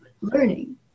learning